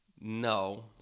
no